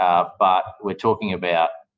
um but we're talking about